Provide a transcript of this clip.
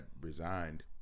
resigned